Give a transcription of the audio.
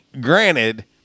granted